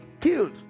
killed